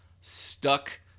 stuck